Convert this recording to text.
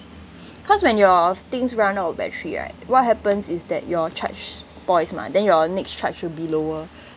cause when your things run out of battery right what happens is that your charge spoils mah then your next charge will be lower